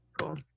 Cool